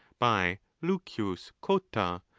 by lucius cotta,